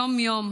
יום-יום